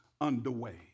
underway